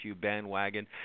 bandwagon